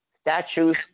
statues